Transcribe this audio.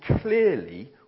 clearly